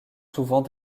souvent